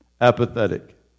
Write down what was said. apathetic